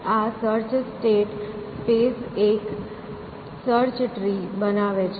આ search state space એક search tree બનાવે છે